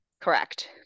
correct